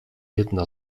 jedna